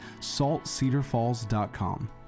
saltcedarfalls.com